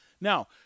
Now